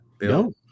No